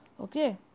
Okay